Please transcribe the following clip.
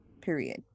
period